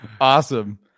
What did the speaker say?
Awesome